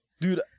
Dude